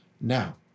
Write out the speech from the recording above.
Now